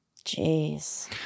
Jeez